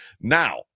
Now